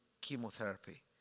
chemotherapy